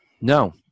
No